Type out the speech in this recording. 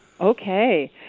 Okay